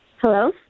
Hello